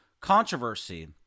controversy